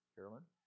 Carolyn